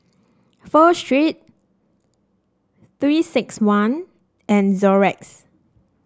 Pho Street Three six one and Xorex